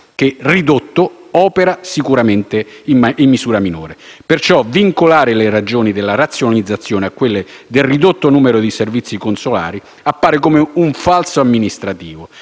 che, ridotto, opera sicuramente in misura minore. Perciò vincolare le ragioni della razionalizzazione a quelle del ridotto numero di servizi consolari appare come un falso amministrativo.